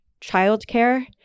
childcare